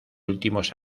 últimos